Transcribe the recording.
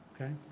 Okay